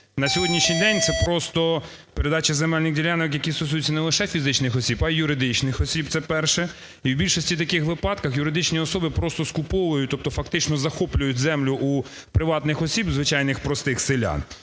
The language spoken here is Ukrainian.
на сьогоднішній день це просто передача земельних ділянок, які стосуються не лише фізичних осіб, а й юридичних осіб. Це перше. І в більшості таких випадків юридичні особи просто скуповують, тобто фактично захоплюють землю у приватних осіб – звичайних простих селян.